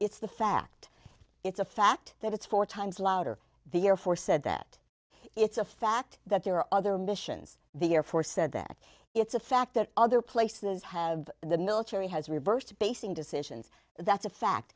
it's the fact it's a fact that it's four times louder the air force said that it's a fact that there are other missions the air force said that it's a fact that other places have the military has reversed basing decisions that's a fact